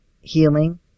healing